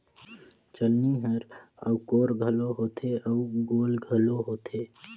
चलनी हर चउकोर घलो होथे अउ गोल घलो होथे